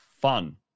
fun